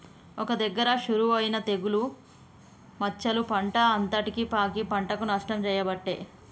ఒక్క దగ్గర షురువు అయినా తెగులు మచ్చలు పంట అంతటికి పాకి పంటకు నష్టం చేయబట్టే